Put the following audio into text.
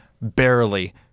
barely